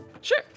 Sure